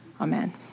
Amen